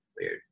weird